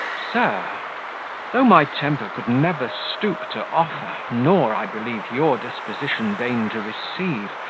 sir though my temper could never stoop to offer nor, i believe, your disposition deign to receive,